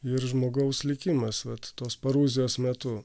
ir žmogaus likimas vat tos paruzijos metu